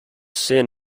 sin